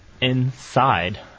Inside